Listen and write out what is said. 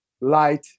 light